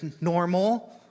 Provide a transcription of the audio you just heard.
normal